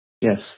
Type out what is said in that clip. Yes